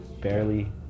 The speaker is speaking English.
barely